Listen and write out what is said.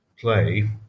play